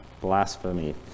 blasphemy